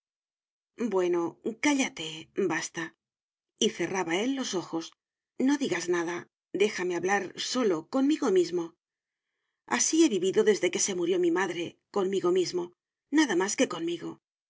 bueno cállate bastay cerraba él los ojos no digas nada déjame hablar solo conmigo mismo así he vivido desde que se murió mi madre conmigo mismo nada más que conmigo